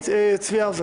עכשיו מצבי האוזר.